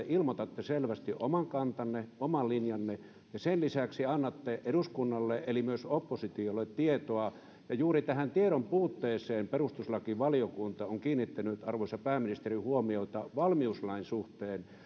ilmoitatte selvästi oman kantanne oman linjanne ja sen lisäksi annatte eduskunnalle eli myös oppositiolle tietoa juuri tähän tiedon puutteeseen perustuslakivaliokunta on kiinnittänyt huomiota arvoisa pääministeri valmiuslain suhteen ja